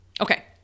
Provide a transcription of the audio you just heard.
Okay